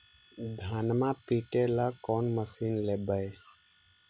धनमा पिटेला कौन मशीन लैबै?